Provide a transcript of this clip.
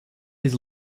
his